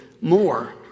more